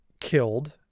killed